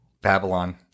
Babylon